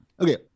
okay